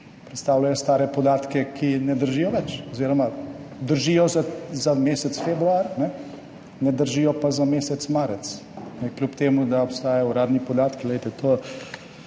Predstavljajo stare podatke, ki ne držijo več oziroma držijo za mesec februar, ne držijo pa za mesec marec, kljub temu da obstajajo uradni podatki. Glejte /